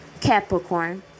Capricorn